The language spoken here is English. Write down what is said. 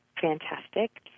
Fantastic